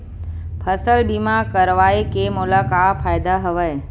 फसल बीमा करवाय के मोला का फ़ायदा हवय?